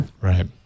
Right